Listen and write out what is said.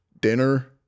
dinner